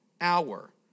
hour